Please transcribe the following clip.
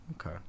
Okay